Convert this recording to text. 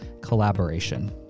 collaboration